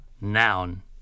noun